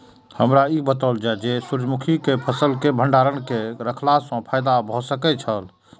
हमरा ई बतायल जाए जे सूर्य मुखी केय फसल केय भंडारण केय के रखला सं फायदा भ सकेय छल?